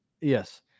Yes